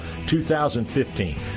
2015